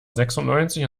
sechsundneunzig